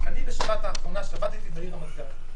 בשבת האחרונה שבתתי בעיר רמת גן.